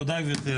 תודה גברתי.